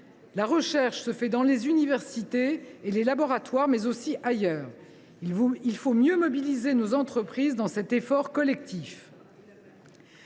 La recherche se fait dans les universités et les laboratoires, mais aussi ailleurs. Il faut mieux mobiliser nos entreprises dans cet effort collectif.